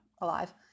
alive